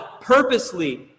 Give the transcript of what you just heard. purposely